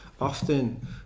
Often